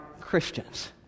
Christians